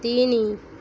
ତିନି